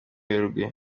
werurwe